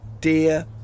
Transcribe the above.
Dear